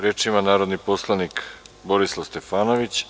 Reč ima narodni poslanik Borislav Stefanović.